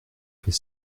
fait